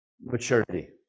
maturity